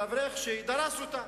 האברך שדרס אותה.